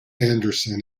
anderson